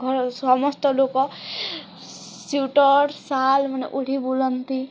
ଘର ସମସ୍ତ ଲୋକ ସ୍ଵେଟର ସାଲ ମାନେ ଉଢ଼ି ବୁଲନ୍ତି